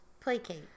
Placate